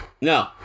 no